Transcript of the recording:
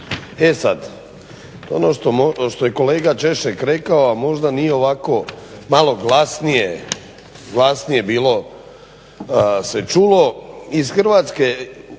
E sad ono što je kolega Češek rekao a možda nije ovako malo glasnije bilo se čulo. Iz Hrvatske